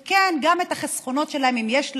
וכן, גם את החסכונות שלהם, אם יש להם.